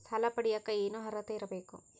ಸಾಲ ಪಡಿಯಕ ಏನು ಅರ್ಹತೆ ಇರಬೇಕು?